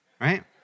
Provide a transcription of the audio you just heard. right